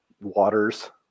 waters